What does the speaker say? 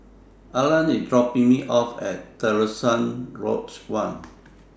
Arlan IS dropping Me off At Terusan Lodge one